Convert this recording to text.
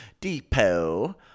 depot